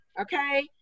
okay